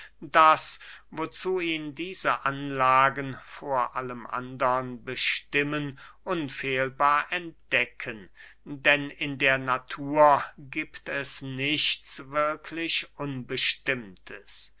das wozu ihn diese anlagen vor allem andern bestimmen unfehlbar entdecken denn in der natur giebt es nichts wirklich unbestimmtes